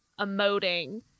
emoting